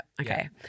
okay